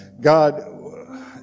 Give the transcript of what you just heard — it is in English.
God